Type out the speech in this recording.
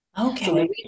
Okay